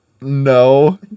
No